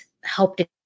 helped